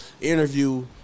interview